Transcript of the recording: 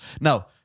Now